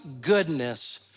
goodness